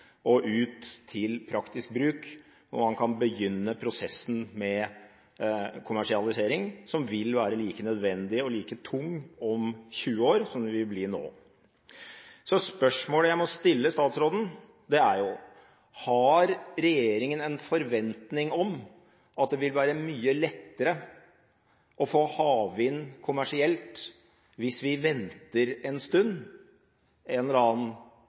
og ut til praktisk bruk hvor man kan begynne prosessen med kommersialisering, som vil være like nødvendig og like tung om 20 år som den vil bli nå. Så spørsmålene jeg må stille statsråden, er: Har regjeringen en forventning om at det vil være mye lettere å få havvind kommersielt hvis vi venter en stund – en eller annen